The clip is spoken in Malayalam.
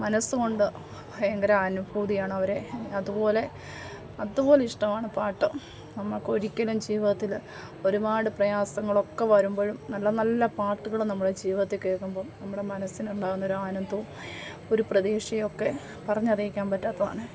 മനസ്സുകൊണ്ട് ഭയങ്കര അനുഭൂതിയാണ് അവരെ അതുപോലെ അതുപോലെ ഇഷ്ടമാണ് പാട്ട് നമ്മൾക്ക് ഒരിക്കലും ജീവിതത്തിൽ ഒരുപാട് പ്രയാസങ്ങളൊക്കെ വരുമ്പോഴും നല്ല നല്ല പാട്ടുകൾ നമ്മുടെ ജീവിതത്തിൽ കേൾക്കുമ്പം നമ്മുടെ മനസ്സിന് ഉണ്ടാകുന്നൊരു ആനന്തവും ഒരു പ്രതീക്ഷയൊക്കെ പറഞ്ഞറിയിക്കാൻ പറ്റാത്തതാണ്